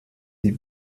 die